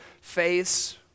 face